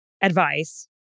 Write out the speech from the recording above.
advice